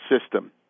system